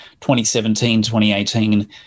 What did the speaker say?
2017-2018